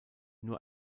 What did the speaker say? nur